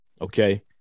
okay